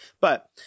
But-